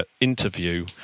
interview